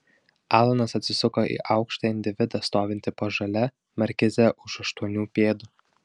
alanas atsisuko į aukštą individą stovintį po žalia markize už aštuonių pėdų